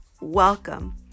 Welcome